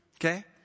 Okay